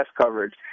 coverage